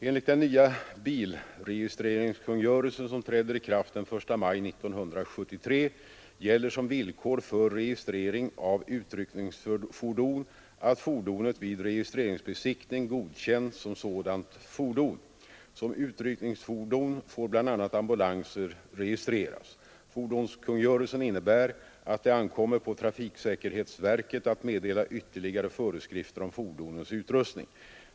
Enligt den nya bilregisterkungörelsen, som träder i kraft den 1 maj 1973, gäller som villkor för registrering av utryckningsfordon att fordonet vid registreringsbesiktning godkänts som sådant fordon. Som utryckningsfordon får bl.a. ambulanser registreras. Fordonskungörelsen innebär att det ankommer på trafiksäkerhetsverket att meddela ytterligare föreskrifter om fordonens utrustning.